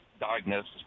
diagnosed